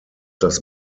das